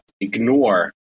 ignore